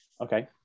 Okay